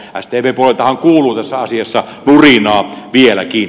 sdpn puoleltahan kuuluu tässä asiassa nurinaa vieläkin